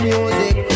Music